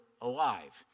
alive